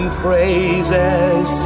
praises